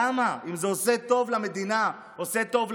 למה, אם זה עושה טוב למדינה, עושה טוב לעולם,